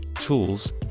tools